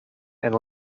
and